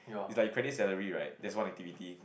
it's like you credit salary right that's one activity